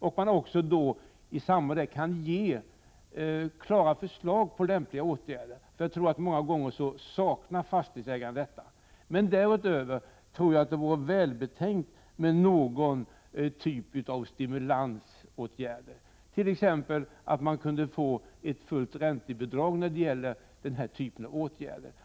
I samband därmed kan man ge förslag till lämpliga åtgärder. Många gånger saknar nog fastighetsägaren just detta. Men därutöver tror jag att det vore välbetänkt med någon typ av stimulansåtgärder, t.ex. att man kunde få ett fullt räntebidrag för denna typ av förbättringar.